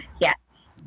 Yes